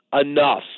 Enough